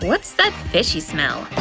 what's that fishy smell?